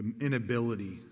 inability